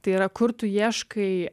tai yra kur tu ieškai